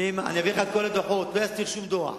אני אביא לך את כל הדוחות, לא אסתיר שום דוח.